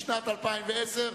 לשנת 2010,